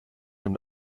und